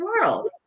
world